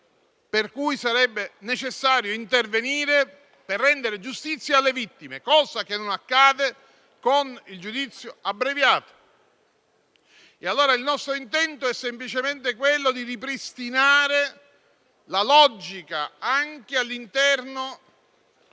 per cui sarebbe necessario intervenire per rendere giustizia alle vittime, cosa che non accade con il giudizio abbreviato. Il nostro intento è, semplicemente, quello di ripristinare la logica anche all'interno